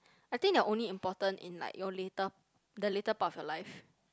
I think they're only important in like your later the later part of your life